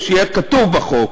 "אוכתוב", שיהיה כתוב בחוק.